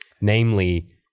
namely